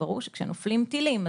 ברור שכאשר נופלים טילים,